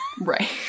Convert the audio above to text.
right